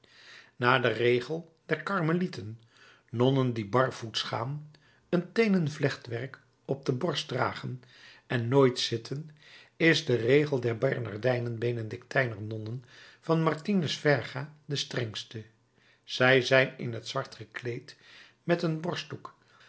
na den regel der karmelieten nonnen die barvoets gaan een teenen vlechtwerk op de borst dragen en nooit zitten is de regel der bernardijner benedictijner nonnen van martinus verga de strengste zij zijn in t zwart gekleed met een borstdoek